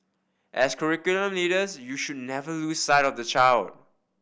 as curriculum leaders you should never lose sight of the child